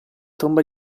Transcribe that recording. tomba